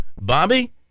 Bobby